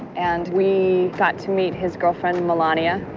and we got to meet his girlfriend, melania,